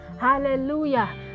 Hallelujah